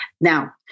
Now